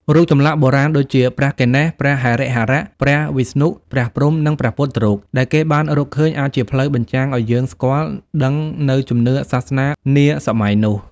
រូបចម្លាក់បុរាណដូចជា ព្រះគណេស ព្រះហរិហរៈ ព្រះវិស្ណុ ព្រះព្រហ្ម និងព្រះពុទ្ធរូបដែលគេបានរកឃើញ អាចជាផ្លូវ បញ្ចាំងឱ្យយើងស្គាល់ ដឹងនូវជំនឿសាសនានាសម័យនោះ ។